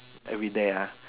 everyday ah